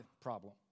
problem